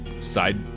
side